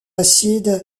acide